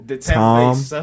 Tom